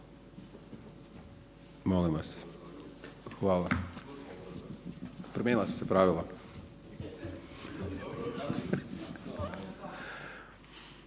Molim vas, hvala. Promijenila su se pravila.